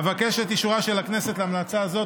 אבקש את אישורה של הכנסת להמלצה זו.